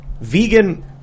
vegan